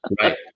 Right